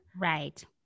right